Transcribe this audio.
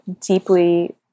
deeply